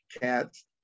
Cats